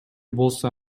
болсо